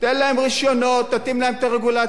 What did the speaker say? תן להם רשיונות, תתאים להם את הרגולציה,